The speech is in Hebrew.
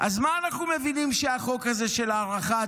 אז מה אנחנו מבינים על החוק הזה של הארכת